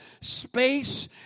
space